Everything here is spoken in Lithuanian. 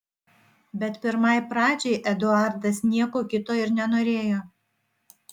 bet pirmai pradžiai eduardas nieko kito ir nenorėjo